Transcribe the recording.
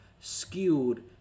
skewed